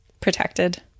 protected